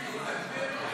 תסביר לו.